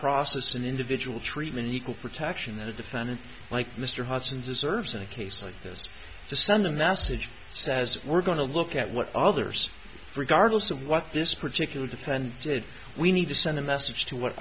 process an individual treatment equal protection that a defendant like mr hudson deserves in a case like this to send a message says we're going to look at what others regardless of what this particular defendant did we need to send a message to what